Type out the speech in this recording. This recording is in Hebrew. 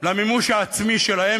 למימוש העצמאי שלהם,